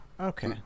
Okay